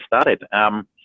started